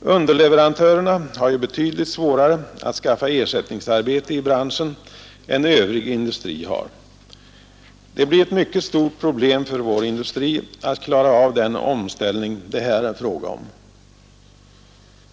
Underleverantörerna har ju betydligt svårare att skaffa ersättningsarbete i branschen än övrig industri har. Det blir ett mycket stort problem för vår industri att klara av den omställning det här är fråga om.